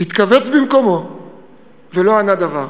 התכווץ במקומו ולא ענה דבר.